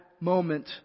moment